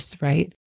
Right